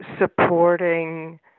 supporting